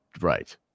Right